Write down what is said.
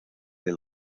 del